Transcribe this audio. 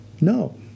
No